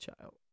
child